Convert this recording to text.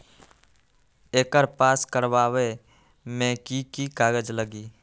एकर पास करवावे मे की की कागज लगी?